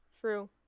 true